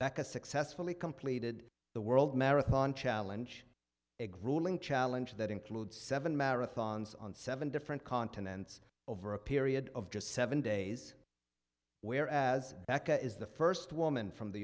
becca successfully completed the world marathon challenge a grueling challenge that includes seven marathons on seven different continents over a period of just seven days where as becca is the first woman from the